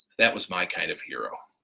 that was my kind of hero.